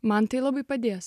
man tai labai padės